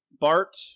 Bart